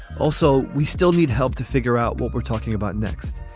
also, we still need help to figure out what we're talking about next.